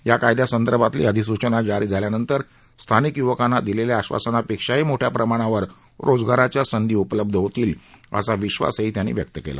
या कायद्यांसंदर्भातली अधिसूचना जारी झाल्यानंतर स्थानिक युवकांना दिलेल्या आश्वासनापेक्षाही मोठ्या प्रमाणावर रोजगाराच्या संधी उपलब्ध होतील असा विश्वासही सिंह यांनी व्यक्त केला